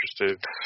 interested